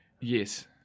Yes